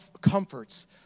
comforts